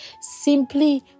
Simply